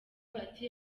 bati